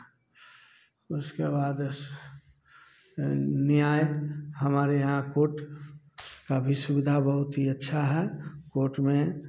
उसके बाद एस न्याय हमारे यहाँ कोर्ट का भी सुविधा बहुत ही अच्छा है कोर्ट में